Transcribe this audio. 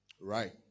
Right